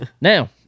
Now